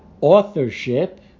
authorship